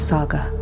Saga